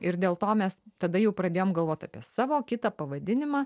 ir dėl to mes tada jau pradėjom galvot apie savo kitą pavadinimą